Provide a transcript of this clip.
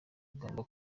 igomba